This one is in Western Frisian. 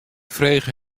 frege